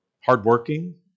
hardworking